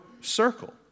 circle